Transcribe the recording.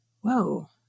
whoa